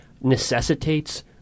necessitates